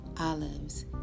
olives